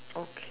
okay